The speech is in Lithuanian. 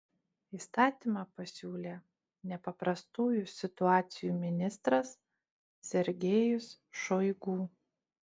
įstatymą pasiūlė nepaprastųjų situacijų ministras sergejus šoigu